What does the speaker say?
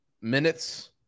minutes –